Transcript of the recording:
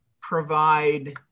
provide